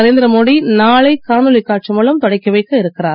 நரேந்திர மோடி நாளை காணொலி காட்சி மூலம் தொடக்கிவைக்க இருக்கிறார்